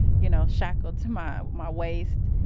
you know, shackled to my my waist,